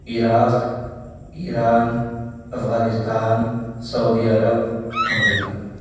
Iraq Iran Afghanistan Saudi Arab America